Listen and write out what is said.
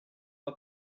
pas